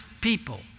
people